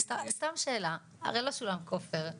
סתם שאלה, הרי לא שולם כופר,